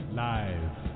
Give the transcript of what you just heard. live